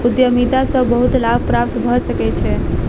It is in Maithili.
उद्यमिता सॅ बहुत लाभ प्राप्त भ सकै छै